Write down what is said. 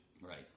Right